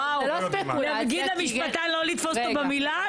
וואו, להגיד למשפטן לא לתפוס אותו במילה?